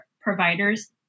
providers